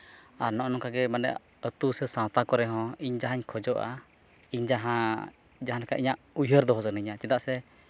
ᱟᱨ ᱱᱚᱜᱼᱚ ᱱᱚᱝᱠᱟᱜᱮ ᱢᱟᱱᱮ ᱟᱹᱛᱩ ᱥᱮ ᱥᱟᱶᱛᱟ ᱠᱚᱨᱮ ᱦᱚᱸ ᱤᱧ ᱡᱟᱦᱟᱸᱧ ᱠᱷᱚᱡᱚᱜᱼᱟ ᱤᱧ ᱡᱟᱦᱟᱸ ᱡᱟᱦᱟᱸᱞᱮᱠᱟ ᱤᱧᱟᱹᱜ ᱩᱭᱦᱟᱹᱨ ᱫᱚᱦᱚ ᱥᱟᱱᱟᱹᱧᱟ ᱪᱮᱫᱟᱜ ᱥᱮ